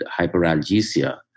hyperalgesia